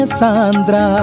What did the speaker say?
sandra